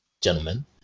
gentlemen